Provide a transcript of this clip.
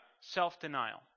self-denial